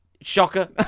Shocker